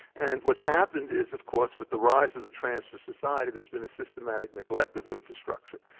and what's happened is, of course with the rise of the transfer society, there's been a systematic neglect of infrastructure.